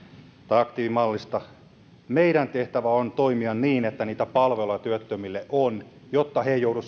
aktiivimallista meidän tehtävämme on toimia niin että niitä palveluja työttömille on jotta he eivät joudu